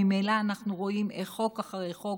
ממילא אנחנו רואים איך חוק אחרי חוק,